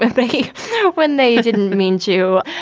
i think when they didn't mean to.